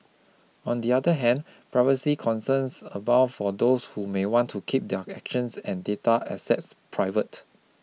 on the other hand privacy concerns abound for those who may want to keep their actions and data assets private